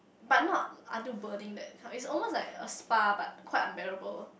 but not until burning that kind it's almost like a spa but quite unbearable